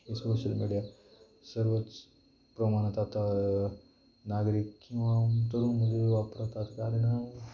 हे social media सर्वच प्रमाणात आता नागरिक किंवा तरुणमुले वापरत असतात कारण